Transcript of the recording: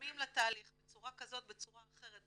תורמים לתהליך בצורה כזאת ובצורה אחרת.